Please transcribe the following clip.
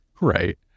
right